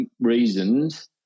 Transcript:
reasons